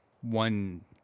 one